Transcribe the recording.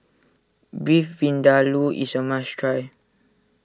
Beef Vindaloo is a must try